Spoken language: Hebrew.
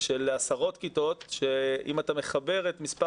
של עשרות כיתות שאם אתה מחבר את מספר